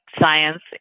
science